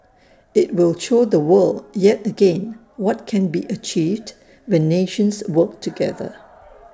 IT will show the world yet again what can be achieved when nations work together